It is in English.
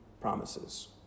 promises